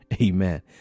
amen